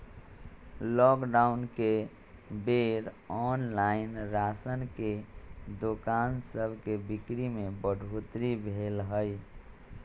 lockdown के बेर online राशन के दोकान सभके बिक्री में बढ़ोतरी भेल हइ